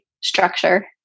structure